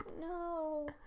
no